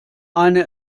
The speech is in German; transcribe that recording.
eine